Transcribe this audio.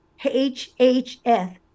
HHF